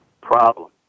problem